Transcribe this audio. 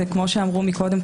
זה כמו שאמרנו מקודם,